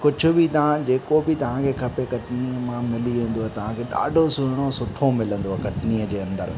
कुझु बि तव्हां जेको बि तव्हां खे खपे कटनीअ मां मिली वेंदुव तव्हां खे ॾाढो सुहिणो सुठो मिलंदुव कटनीअ जे अंदरि